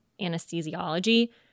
anesthesiology